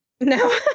No